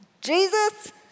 Jesus